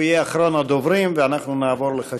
הוא יהיה אחרון הדוברים, ואנחנו נעבור לחקיקה.